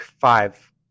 five